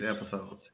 episodes